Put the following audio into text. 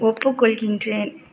ஒப்புக்கொள்கின்றேன்